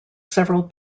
several